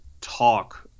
talk